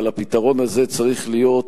אבל הפתרון הזה צריך להיות,